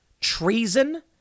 Treason